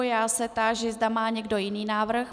Já se táži, zda má někdo jiný návrh.